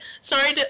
sorry